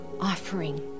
offering